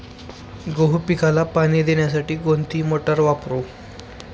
गहू पिकाला पाणी देण्यासाठी कोणती मोटार वापरू?